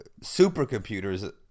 supercomputers